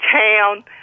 town